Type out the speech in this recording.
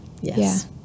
Yes